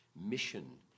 mission